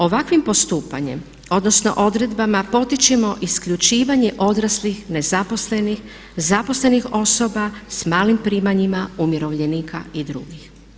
Ovakvim postupanjem, odnosno odredbama potičemo isključivanje odraslih, nezaposlenih, zaposlenih osoba sa malim primanjima umirovljenika i drugih.